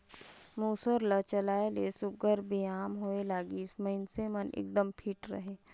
मूसर ल चलाए ले सुग्घर बेयाम होए लागिस, मइनसे मन एकदम फिट रहें